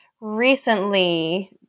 recently